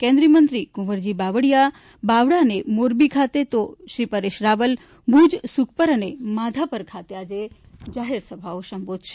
કેન્દ્રિય મંત્રી કુંવરજી બાવળા અને મોરબી ખાતે તો પરેશ રાવલ ભૂજ સુખપર અને માધાપર ખાતે જાહેરસભાઓ સંબોધશે